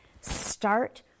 Start